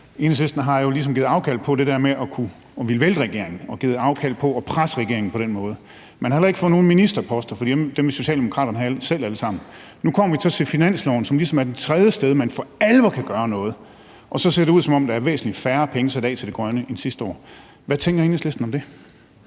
Enhedslisten har jo ligesom givet afkald på det der med at ville vælte regeringen og givet afkald på at presse regeringen på den måde. Man har heller ikke fået nogen ministerposter, for dem vil Socialdemokraterne have selv alle sammen. Nu kommer vi så til finansloven, som ligesom er det tredje sted, man for alvor kan gøre noget, og så ser det ud, som om der er væsentligt færre penge sat af til det grønne end sidste år. Hvad tænker Enhedslisten om det?